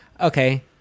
okay